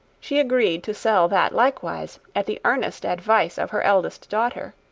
she agreed to sell that likewise at the earnest advice of her eldest daughter.